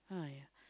!aiya!